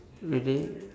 really